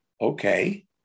okay